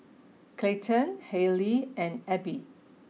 Clayton Hailey and Abie